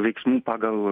veiksmų pagal